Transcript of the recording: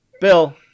bill